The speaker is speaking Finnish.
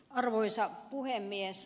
arvoisa puhemies